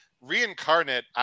Reincarnate